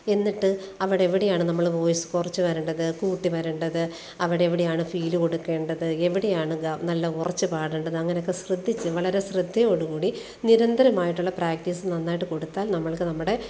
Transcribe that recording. എന്നിട്ട് അവിടെ എവിടെയാണ് നമ്മൾ വോയിസ് കുറച്ച് വരേണ്ടത് കൂട്ടി വരേണ്ടത് അവിടെ എവിടെയാണ് ഫീല് കൊടുക്കേണ്ടത് എവിടെയാണ് നല്ല ഉറച്ച് പാടേണ്ടത് അങ്ങനൊക്കെ ശ്രദ്ധിച്ച് വളരെ ശ്രദ്ധയോട് കൂടി നിരന്തരമായിട്ടുള്ള പ്രാക്ടീസ് നന്നായിട്ട് കൊടുത്താൽ നമ്മൾക്ക് നമ്മുടെ